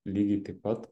lygiai taip pat